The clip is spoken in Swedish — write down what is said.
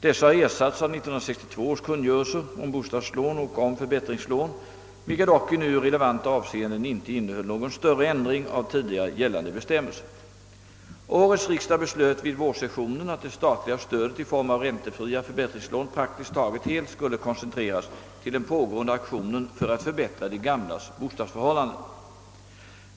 Dessa har ersatts av 1962 års kungörelser om bostadslån och om förbättringslån, vilka dock i nu relevanta avseenden inte innehöll någon större ändring av tidigare gällande bestämmelser. Årets riksdag beslöt vid vårsessionen att det statliga stödet i form av räntefria förbättringslån praktiskt taget helt skulle koncentreras till den pågående aktionen för att förbättra de gamlas bostadsförhållanden.